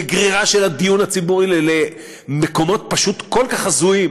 בגרירה של הדיון הציבורי למקומות פשוט כל כך הזויים